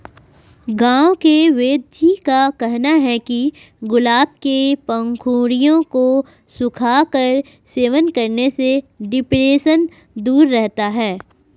गांव के वेदजी का कहना है कि गुलाब के पंखुड़ियों को सुखाकर सेवन करने से डिप्रेशन दूर रहता है